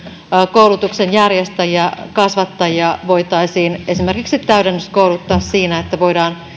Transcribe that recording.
koulutuksenjärjestäjiä kasvattajia voitaisiin esimerkiksi täydennyskouluttaa niin että voidaan